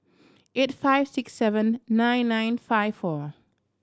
eight five six seven nine nine five four